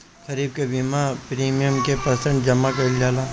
खरीफ के बीमा प्रमिएम क प्रतिशत जमा कयील जाला?